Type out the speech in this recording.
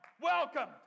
welcome